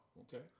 okay